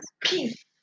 Peace